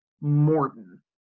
Morton